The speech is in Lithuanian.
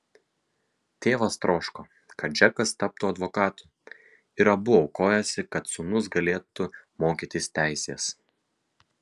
tėvas troško kad džekas taptų advokatu ir abu aukojosi kad sūnus galėtų mokytis teisės